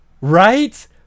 right